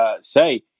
say